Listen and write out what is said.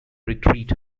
retreat